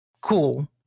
cool